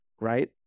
right